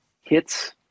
hits